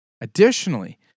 Additionally